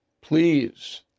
Please